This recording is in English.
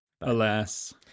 Alas